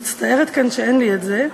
מצטערת שאין לי את זה כאן,